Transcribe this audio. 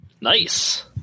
Nice